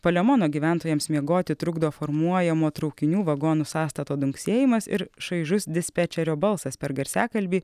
palemono gyventojams miegoti trukdo formuojamo traukinių vagonų sąstato dunksėjimas ir šaižus dispečerio balsas per garsiakalbį